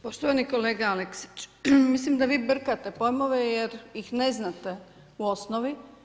Poštovani kolega Alekić, mislim da vi brkate pojmove, jer ih ne znate u osnovi.